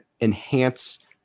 enhance